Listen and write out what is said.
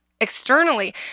externally